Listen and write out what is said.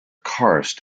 karst